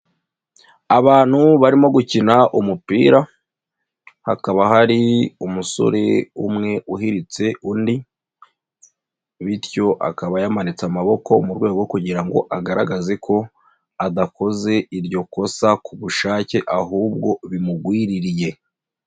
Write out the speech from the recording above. Abantu barimo gukina umupira, hakaba hari umusore umwe uhiritse undi bityo akaba yamanitse amaboko mu rwego kugira ngo agaragaze ko adakoze iryo kosa ku bushake ahubwo bimugwiririye.